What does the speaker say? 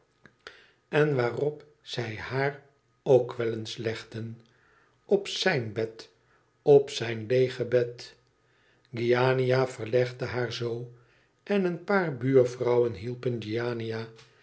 en waarop zij haar k wel eens legden op zijn bed op zijn leege bed giannina verlegde haar zoo en een paar buurvrouwen hielpen